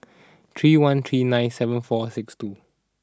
three one three nine seven four six two